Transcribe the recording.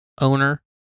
owner